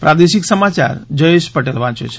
પ્રાદેશિક સમાચાર જયેશ પટેલ વાંચે છે